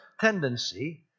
tendency